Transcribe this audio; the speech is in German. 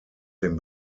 den